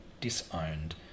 disowned